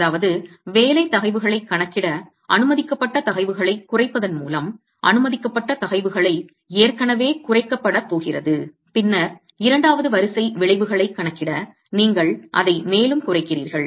அதாவது வேலை தகைவுகளைக் கணக்கிட அனுமதிக்கப்பட்ட தகைவுகளைக் குறைப்பதன் மூலம் அனுமதிக்கப்பட்ட தகைவுகளை ஏற்கனவே குறைக்கப்படப் போகிறது பின்னர் இரண்டாவது வரிசை விளைவுகளைக் கணக்கிட நீங்கள் அதை மேலும் குறைக்கிறீர்கள்